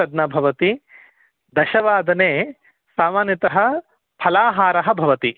तद्न भवति दशवादने सामान्यतः फलाहारः भवति